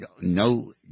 no